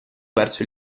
verso